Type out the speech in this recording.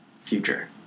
Future